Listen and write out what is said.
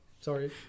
sorry